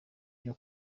byo